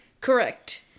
Correct